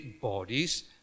bodies